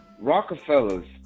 Rockefellers